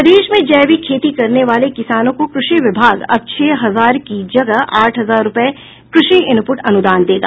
प्रदेश में जैविक खेती करने वाले किसानों को कृषि विभाग अब छह हजार की जगह आठ हजार रूपये कृषि इनपुट अनुदान देगा